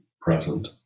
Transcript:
present